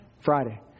Friday